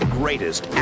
greatest